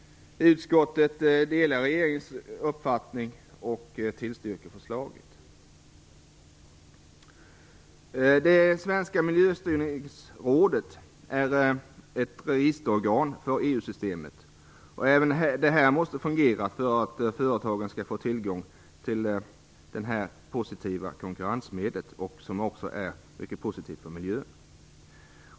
Utskottet delar regeringens uppfattning och tillstyrker förslaget. Svenska miljöstyrningsrådet är ett registerorgan för EU-systemet. Även detta måste fungera för att företagen skall få tillgång till detta positiva konkurrensmedel. Det är ju också mycket positivt för miljön.